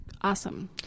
Awesome